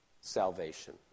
salvation